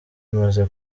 imaze